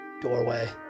doorway